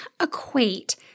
equate